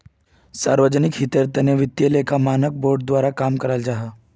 सार्वजनिक हीतेर तने वित्तिय लेखा मानक बोर्ड द्वारा काम कराल जाहा